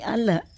Allah